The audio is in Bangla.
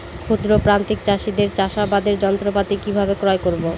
ক্ষুদ্র প্রান্তিক চাষীদের চাষাবাদের যন্ত্রপাতি কিভাবে ক্রয় করব?